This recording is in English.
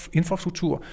infrastruktur